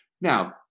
Now